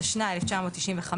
התשנ"ה 1995,